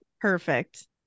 Perfect